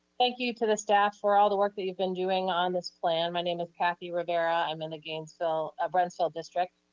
thank you to the staff for all the work that you've been doing on this plan. my name is kathy rivera. i'm in the so ah brentsville district.